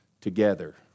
together